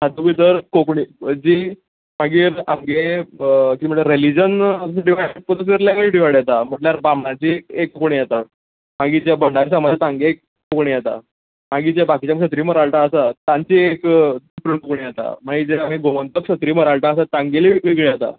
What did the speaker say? तुमी जर कोंकणी जी मागीर आमगे कितें म्हणटा रिलीजन आमकां डिवायड करूंन लेंग्वेज डिवायड जाता म्हटल्यार बामणाची एक कोंकणी जाता मागीर जे भंडारी समाज आसा तांची एक कोंकणी जाता मागीर बाकीचे जे क्षत्रीय मराठा आसा तांची एक डिफरंट कोंकणी जाता म्हळ्यार जाल्यार एक ते गोमंतक क्षत्रीय मराठा आसत तांगेली वेगळी जाता